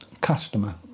customer